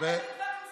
אל תגיד, לא.